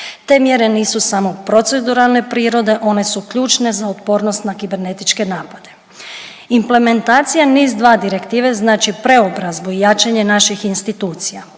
Te mjere nisu samo proceduralne prirode one su ključne za otpornost na kibernetičke napade. Implementacija NIS2 Direktive znači preobrazbu i jačanje naših institucija.